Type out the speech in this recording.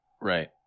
Right